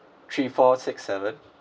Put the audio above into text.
three four six seven